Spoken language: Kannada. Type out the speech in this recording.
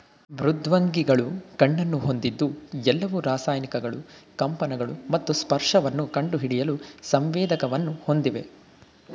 ಮೃದ್ವಂಗಿಗಳು ಕಣ್ಣನ್ನು ಹೊಂದಿದ್ದು ಎಲ್ಲವು ರಾಸಾಯನಿಕಗಳು ಕಂಪನಗಳು ಮತ್ತು ಸ್ಪರ್ಶವನ್ನು ಕಂಡುಹಿಡಿಯಲು ಸಂವೇದಕವನ್ನು ಹೊಂದಿವೆ